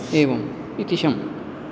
एवम् इति शम्